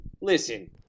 Listen